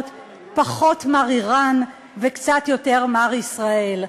פחות "מר איראן" וקצת יותר "מר ישראל".